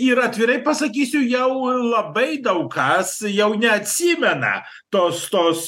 ir atvirai pasakysiu jau labai daug kas jau neatsimena tos tos